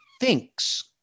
thinks